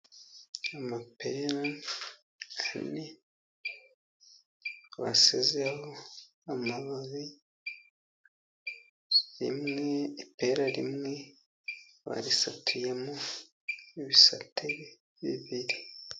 Amapera ane basizeho amababi, rimwe, ipera rimwe, barisatuyemo ibisate bibiri.